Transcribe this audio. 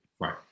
Right